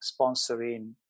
sponsoring